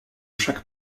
chaque